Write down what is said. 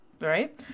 Right